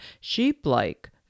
sheep-like